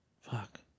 Fuck